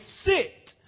sit